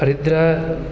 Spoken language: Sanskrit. हरिद्रा